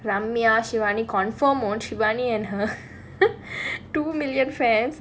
ramya shivani confirmed shivani and her two million friends